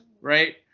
right